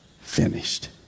finished